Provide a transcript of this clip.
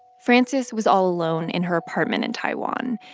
frances was all alone in her apartment in taiwan.